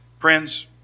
Friends